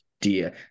dear